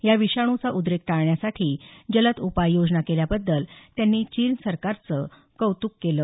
या विषाणूचा उद्रेक टाळण्यासाठी जलद उपाययोजना केल्याबद्दल त्यांनी चीन सरकारचं कौतुक केल